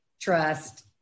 trust